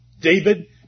David